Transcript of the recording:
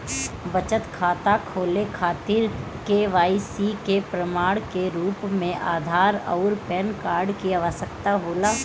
बचत खाता खोले खातिर के.वाइ.सी के प्रमाण के रूप में आधार आउर पैन कार्ड की आवश्यकता होला